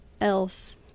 else